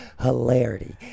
hilarity